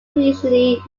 visually